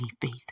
faith